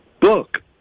book